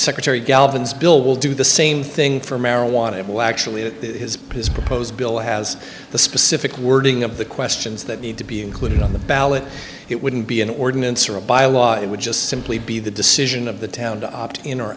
secretary galvin's bill will do the same thing for marijuana it will actually be his piss proposed bill has the specific wording of the questions that need to be included on the ballot it wouldn't be an ordinance or a byelaw it would just simply be the decision of the town to opt in or